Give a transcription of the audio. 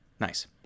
Nice